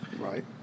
Right